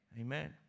Amen